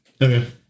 Okay